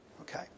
okay